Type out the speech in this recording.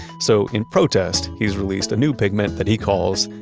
so in protest, he's released a new pigment that he calls,